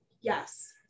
Yes